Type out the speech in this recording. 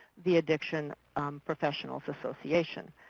the addiction professional so association.